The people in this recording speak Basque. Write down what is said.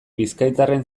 bizkaitarren